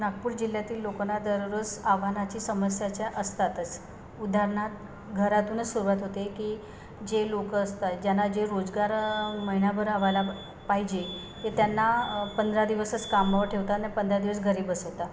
नागपूर जिल्ह्यातील लोकांना दररोज आव्हानाची समस्याच्या असतातच उदाहरणार्थ घरातूनच सुरवात होते की जे लोक असतात ज्यांना जे रोजगार महिन्याभर असायला पाहिजे ते त्यांना पंधरा दिवसच कामवर ठेवतात न पंधरा दिवस घरी बसवतात